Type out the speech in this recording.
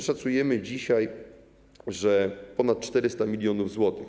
Szacujemy dzisiaj, że to ponad 400 mln zł.